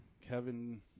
Kevin